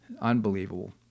Unbelievable